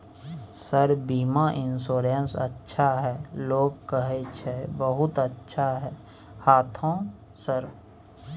Sir बीमा insurance अच्छा है लोग कहै छै बहुत अच्छा है हाँथो सर?